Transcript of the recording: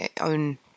own